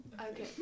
Okay